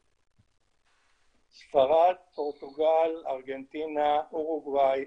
ספרד, פורטוגל, ארגנטינה, אורוגואי.